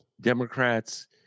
Democrats